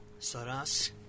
Saras